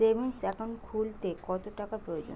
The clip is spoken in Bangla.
সেভিংস একাউন্ট খুলতে কত টাকার প্রয়োজন?